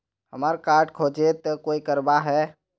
हमार कार्ड खोजेई तो की करवार है?